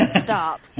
Stop